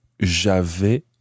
j'avais